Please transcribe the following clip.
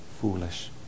foolish